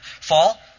fall